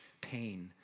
pain